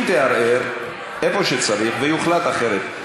אם תערער איפה שצריך ויוחלט אחרת,